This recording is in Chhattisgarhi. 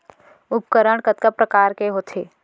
उपकरण कतका प्रकार के होथे?